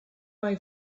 mai